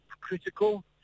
critical